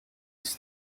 ist